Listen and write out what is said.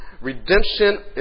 Redemption